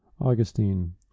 Augustine